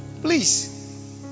Please